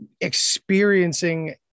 experiencing